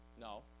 No